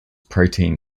protein